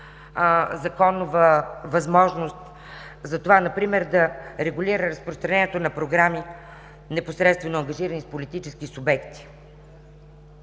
законова възможност за това, например, да регулира разпространението на програми, непосредствено ангажирани с политически субекти.